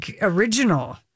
original